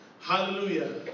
hallelujah